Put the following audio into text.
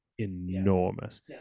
enormous